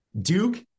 Duke